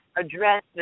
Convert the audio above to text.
address